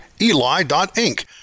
eli.inc